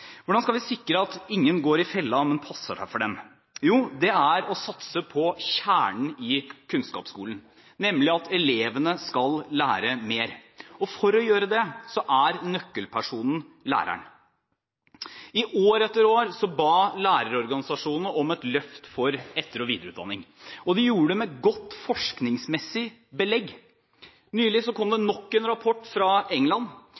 Hvordan skal vi sikre «at ingen går i fella, men passer seg for den»? Jo, ved å satse på kjernen i kunnskapsskolen, nemlig at elevene skal lære mer, og læreren er nøkkelpersonen for at elevene skal kunne gjøre det. I år etter år ba lærerorganisasjonene om et løft for etter- og videreutdanning, og de gjorde det med godt forskningsmessig belegg. Nylig kom det nok en rapport fra England,